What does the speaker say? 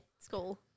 school